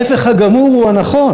ההפך הגמור הוא הנכון.